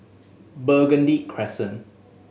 Burgundy Crescent